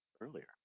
earlier